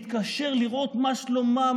מתקשר לראות מה שלומם,